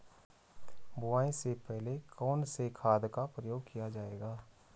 बुआई से पहले कौन से खाद का प्रयोग किया जायेगा?